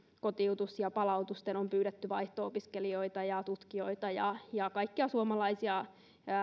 kotiutusten ja palautusten vuoksi kun on pyydetty vaihto opiskelijoita ja tutkijoita ja ja kaikkia suomalaisia